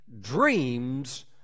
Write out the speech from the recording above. dreams